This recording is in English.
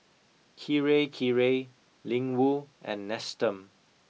Kirei Kirei Ling Wu and Nestum